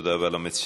תודה רבה למציעים.